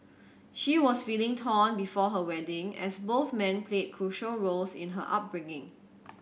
she was feeling torn before her wedding as both men played crucial roles in her upbringing